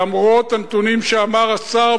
למרות הנתונים שאמר השר,